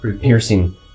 piercing